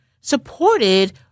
supported